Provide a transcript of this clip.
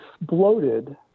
exploded